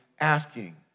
asking